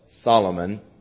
Solomon